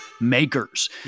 makers